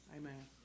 Amen